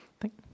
Thank